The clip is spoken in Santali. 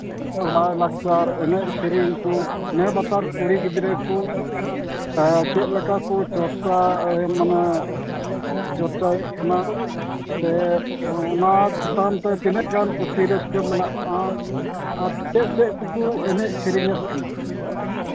ᱞᱟᱭᱼᱞᱟᱠᱪᱟᱨ ᱮᱱᱮᱡ ᱥᱮᱨᱮᱧ ᱠᱚ ᱱᱮ ᱵᱟᱛᱟᱨ ᱠᱩᱲᱤ ᱜᱤᱫᱽᱨᱟᱹ ᱠᱚ ᱪᱮᱫ ᱞᱮᱠᱟ ᱠᱚ ᱪᱚᱨᱪᱟ ᱢᱟᱱᱮ ᱪᱚᱨᱪᱟᱭᱮᱫ ᱠᱟᱱᱟ ᱥᱮ ᱚᱱᱟ ᱪᱮᱛᱟᱱ ᱛᱮ ᱛᱤᱱᱟᱹᱜ ᱜᱟᱱ ᱠᱩᱥᱤ ᱨᱟᱹᱥᱠᱟᱹ ᱢᱮᱱᱟᱜᱼᱟ ᱟᱨ ᱪᱮᱫ ᱪᱮᱫ ᱠᱚᱠᱚ ᱮᱱᱮᱡ ᱥᱮᱨᱮᱧᱮᱫ ᱠᱟᱱᱟ